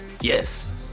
Yes